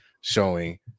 showing